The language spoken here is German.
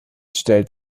stellt